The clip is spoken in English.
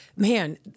man